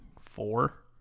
four